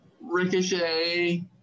Ricochet